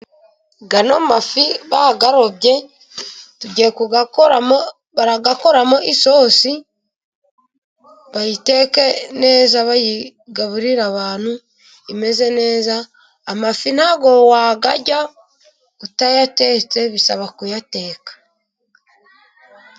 Aya mafi bayarobye tugiye kuyakoramo, barayakoramo isosi bayitetse neza, bayigaburire abantu imeze neza. Amafi nta bwo wayarya utayatetse, bisaba kuyateka.